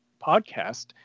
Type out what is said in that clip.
podcast